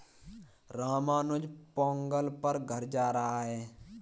रामानुज पोंगल पर घर जा रहा है